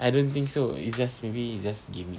I don't think so it's just maybe just gimmick